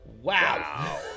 Wow